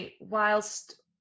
whilst